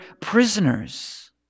prisoners